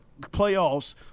playoffs